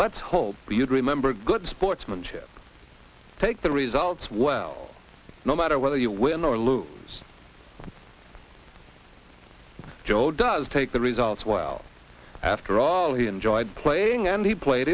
let's hope you'd remember good sportsmanship take the results well no matter whether you win or lose joe does take the results well after all he enjoyed playing and he played